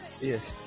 Yes